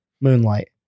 Moonlight